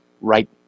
right